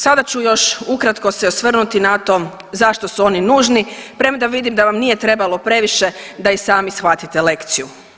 Sada ću još ukratko se osvrnuti na to zašto su oni nužni, premda vidim da vam nije trebalo previše da i sami shvatite lekciju.